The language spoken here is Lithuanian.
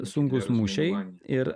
sunkūs mūšiai ir